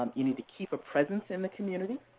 um you need to keep a presence in the community.